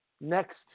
next